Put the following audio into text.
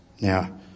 Now